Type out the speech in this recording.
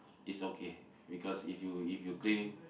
it's okay because if you if you clean